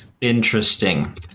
Interesting